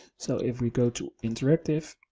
so if we go to interactive,